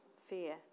fear